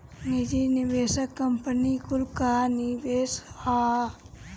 निजी निवेशक कंपनी कुल कअ निवेश हअ